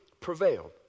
prevailed